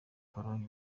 pologne